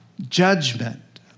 Judgment